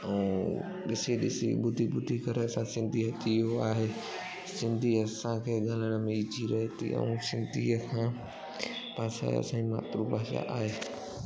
ऐं ॾिसी ॾिसी ॿुधी ॿुधी करे असां सिंधी अची वियो आहे सिंधी असांखे ॻाल्हाइण में इजी रहे थी ऐं सिंधीअ खां असां असांजी मातृ भाषा आहे